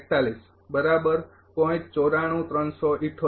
તેથી